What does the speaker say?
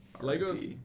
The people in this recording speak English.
Lego's